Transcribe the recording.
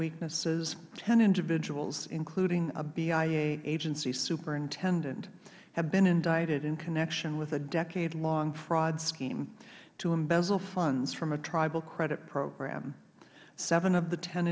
weaknesses ten individuals including a bia agency superintendent have been indicted in connection with a decadelong fraud scheme to embezzle funds from a tribal credit program seven of the ten